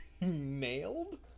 nailed